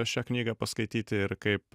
šią knygą paskaityti ir kaip